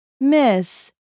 Miss